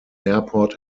airport